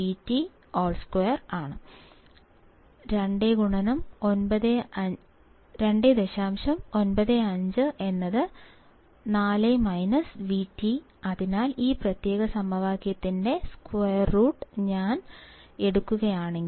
95 4 VT അതിനാൽ ഈ പ്രത്യേക സമവാക്യത്തിന്റെ സ്ക്വയർ റൂട്ട് ഞാൻ എടുക്കുകയാണെങ്കിൽ